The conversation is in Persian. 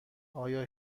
آیا